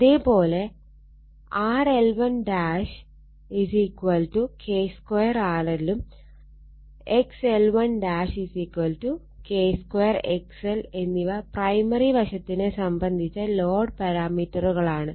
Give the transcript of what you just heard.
അതേ പോലെ RL1 K2 RL ഉം XL1 K 2 XL എന്നിവ പ്രൈമറി വശത്തിനെ സംബന്ധിച്ച ലോഡ് പാരാമീറ്ററുകളാണ്